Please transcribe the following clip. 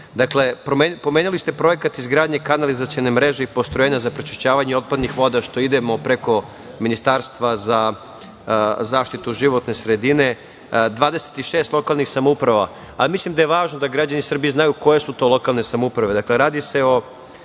dakle, pomenuli ste projekat izgradnje kanalizacione mreže i postrojenja za prečišćavanje otpadnih voda što idemo preko Ministarstva za zaštitu životne sredine. Dvadesetišest lokalnih samouprava, a mislim da je važno da građani Srbije znaju koje su to lokalne samouprave.